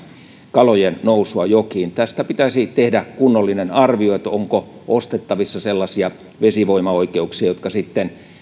kalojen nousua jokiin tästä pitäisi tehdä kunnollinen arviointi onko ostettavissa sellaisia vesivoimaoikeuksia jotka sitten